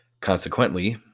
Consequently